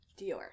Dior